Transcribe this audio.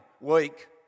week